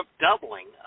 doubling